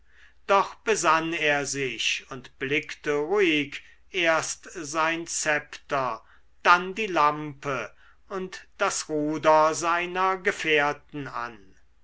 doch besann er sich und blickte ruhig erst sein zepter dann die lampe und das ruder seiner gefährten an